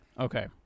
Okay